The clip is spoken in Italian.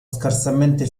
scarsamente